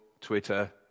Twitter